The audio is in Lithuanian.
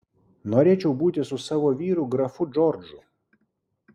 norėčiau būti su savo vyru grafu džordžu